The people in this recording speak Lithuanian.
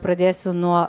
pradėsiu nuo